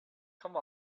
come